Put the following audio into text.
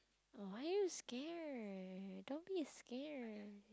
why are you scared don't be scared